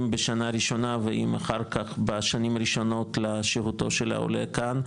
אם בשנה ראשונה ואם אחר כך בשנים הראשונות לשיבתו של העולה כאן,